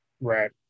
right